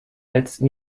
letzten